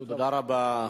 תודה רבה.